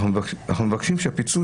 החזרתי לך אחת.